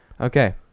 Okay